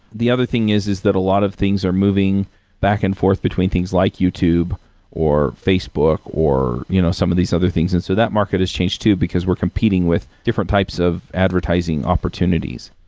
the other thing is, is that a lot of things are moving back-and-forth between things like youtube or facebook or you know some of these other things. and so, that market has changed too, because we're competing with different types of advertising opportunities.